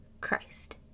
Christ